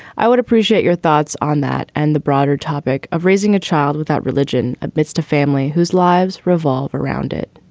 i would appreciate your thoughts on that. and the broader topic of raising a child without religion amidst a family whose lives revolve around it.